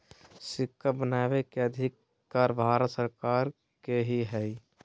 सिक्का बनबै के अधिकार भारत सरकार के ही हइ